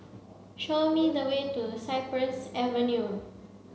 show me the way to Cypress Avenue